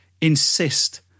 insist